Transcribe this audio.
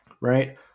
right